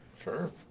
Sure